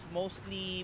mostly